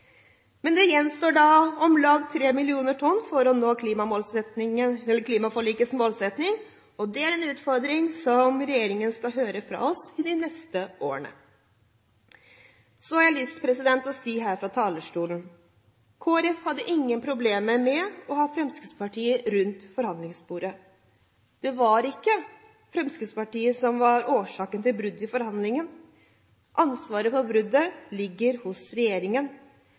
Men det tror vi på i disse EM-tider. Det gjenstår om lag tre millioner tonn for å nå klimaforlikets målsetting, og det er en utfordring regjeringen skal høre om fra oss de neste årene. Jeg har lyst å si her fra talerstolen at Kristelig Folkeparti hadde ingen problemer med å ha Fremskrittspartiet rundt forhandlingsbordet. Det var ikke Fremskrittspartiet som var årsaken til at det ble brudd i forhandlingene. Ansvaret for bruddet ligger hos regjeringen.